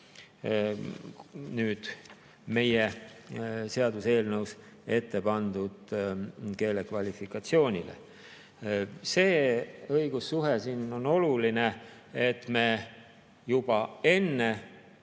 vasta meie seaduseelnõus ette pandud keelekvalifikatsioonile. See õigussuhe on oluline, et me juba enne